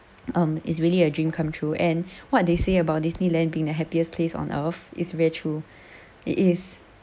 um is really a dream come true and what they say about disneyland being the happiest place on earth is very true it is